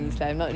mm